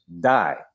die